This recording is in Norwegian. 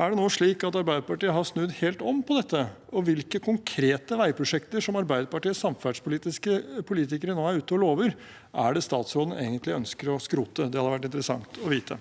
Er det nå slik at Arbeiderpartiet har snudd helt om på dette? Hvilke konkrete veiprosjekter som Arbeiderpartiets samferdselspolitikere nå er ute og lover, er det statsråden egentlig ønsker å skrote? Det hadde vært interessant å vite.